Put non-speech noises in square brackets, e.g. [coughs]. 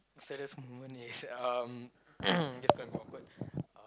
saddest moment is um [coughs] that's quite awkward